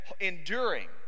enduring